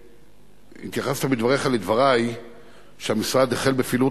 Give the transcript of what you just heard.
התייחסת בדבריך לדברי ש"המשרד החל בפעילות